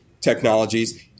technologies